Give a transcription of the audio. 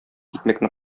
икмәкне